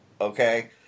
Okay